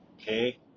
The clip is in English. Okay